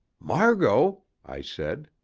margot, i said,